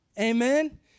amen